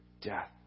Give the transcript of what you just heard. death